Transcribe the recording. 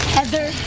Heather